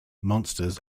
monsters